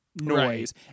noise